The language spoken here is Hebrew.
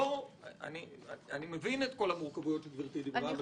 אני מבין את כל המורכבויות שגברתי דיברה עליהן.